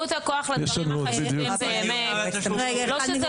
שזה לא חשוב.